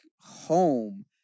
home